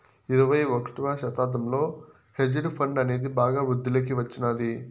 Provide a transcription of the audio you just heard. ఇరవై ఒకటవ శతాబ్దంలో హెడ్జ్ ఫండ్ అనేది బాగా వృద్ధిలోకి వచ్చినాది